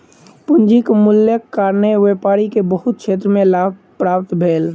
पूंजीक मूल्यक कारणेँ व्यापारी के बहुत क्षेत्र में लाभ प्राप्त भेल